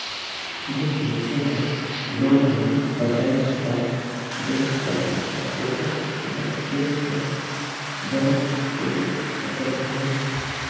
जेन मइनसे हर लोन ल नी पटाय ता बेंक चाहे ता ओकर खिलाफ केस घलो दरज कइर सकत अहे